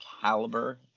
caliber